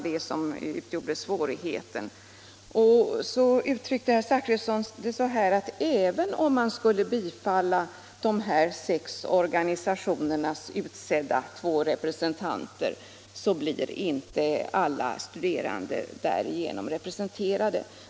Herr Zachrisson uttryckte sig så att även om man skulle tillsätta de sex organisationernas utsedda representanter, blir därigenom inte alla studerande representerade.